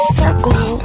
circle